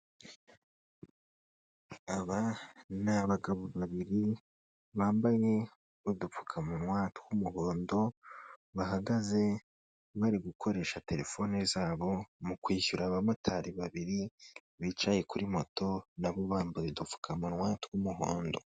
Aba ni abagabo babiri, bambaye udupfukamunwa tw'umuhondo, bahagaze bari gukoresha telefoni zabo mu kwishyura abamotari babiri bicaye kuri moto, nabo bambaye udupfukamunwa tw'umuhondo.